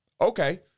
Okay